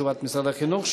תשובת משרד החינוך,